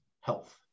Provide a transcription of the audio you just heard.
health